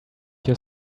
your